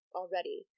already